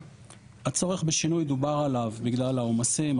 הצורך בשינוי דובר עליו בגלל העומסים,